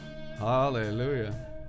hallelujah